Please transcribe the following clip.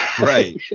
Right